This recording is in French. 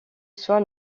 soit